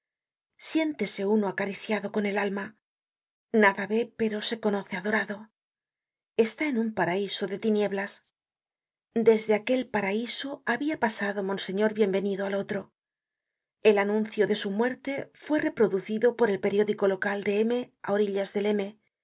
siéntese uno acariciado con el alma nada ve pero se conoce adorado está en un paraiso de tinieblas content from google book search generated at desde aquel paraiso habia pasado monseñor bienvenido al otro el anuncio de su muerte fue reproducido por el periódico local de m á orillas del